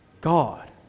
God